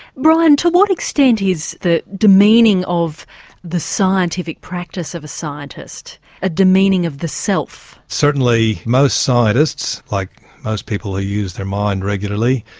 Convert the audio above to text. brian to what extent is the demeaning of the scientific practice of a scientist a demeaning of the self? certainly most scientists, like most people who use their mind regularly,